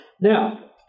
now